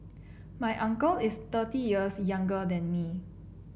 my uncle is thirty years younger than me